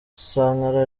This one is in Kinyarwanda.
sankara